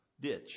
ditch